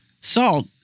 salt